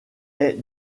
est